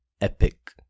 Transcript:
epic